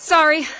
Sorry